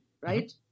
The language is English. right